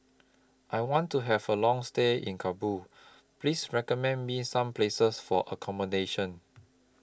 I want to Have A Long stay in Kabul Please recommend Me Some Places For accommodation